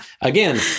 again